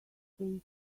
stay